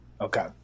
Okay